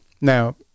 Now